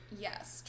Yes